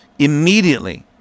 immediately